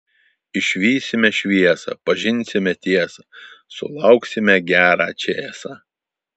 išvysime šviesą pažinsime tiesą sulauksime gerą čėsą